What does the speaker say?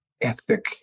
ethic